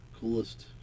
coolest